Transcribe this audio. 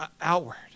outward